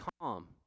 calm